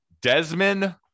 Desmond